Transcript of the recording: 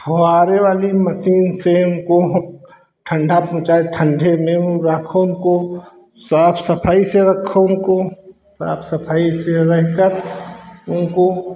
फुहारे वाली मशीन से बहुत ठंडा पहुँचाएँ ठंडे में रखो उनको साफ़ सफाई से रखो उनको साफ़ सफाई से रखकर उनको